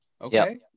Okay